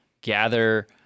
gather